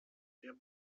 wir